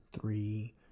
three